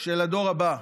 של הדור הבא: